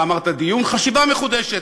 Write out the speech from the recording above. אתה אמרת "דיון" חשיבה מחודשת.